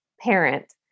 parent